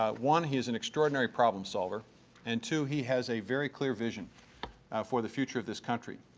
ah one, he is an extraordinary problem solver and, two, he has a very clear vision for the future of this country.